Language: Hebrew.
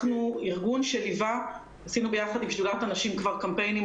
אנחנו ארגון שעשה ביחד עם שדולת הנשים קמפיינים,